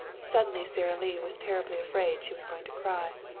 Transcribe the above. suddenly sara lee was terribly afraid she was going to cry.